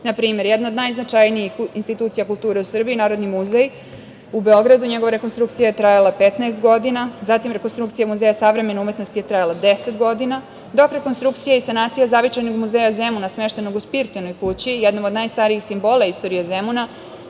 primer, jedna od najznačajnijih institucija kulture u Srbiji je Narodni muzej u Beogradu, njegova rekonstrukcija je trajala 15 godina. Zatim, rekonstrukcija Muzeja savremenih umetnosti je trajala deset godina, dok rekonstrukcija i sanacija Zavičajnog muzeja Zemuna, smeštenog u Spirtinoj kući, jednom od najstarijih simbola istorije Zemuna,